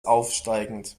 aufsteigend